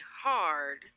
hard